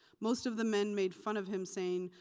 most of the men made fun of him, saying,